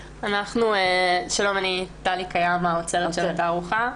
שלום, אני האוצרת של התערוכה.